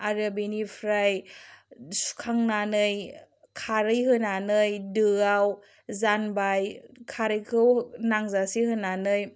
आरो बेनिफ्राय सुखांनानै खारै होनानै दोआव जानबाय खारैखौ नांजासे होनानै